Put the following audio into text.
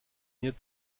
mir